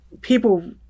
people